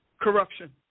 Corruption